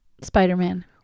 Spider-Man